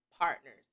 partners